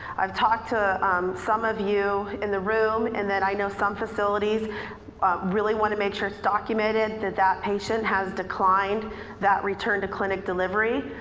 i've talked to some of you in the room and then i know some facilities really want to make sure it's documented that that patient has declined that return to clinic delivery.